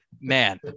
man